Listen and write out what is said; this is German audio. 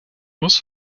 muss